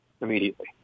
immediately